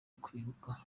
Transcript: kwibuka